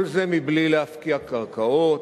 כל זה מבלי להפקיע קרקעות,